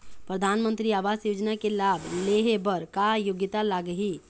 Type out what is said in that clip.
परधानमंतरी आवास योजना के लाभ ले हे बर का योग्यता लाग ही?